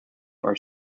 are